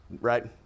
right